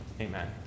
Amen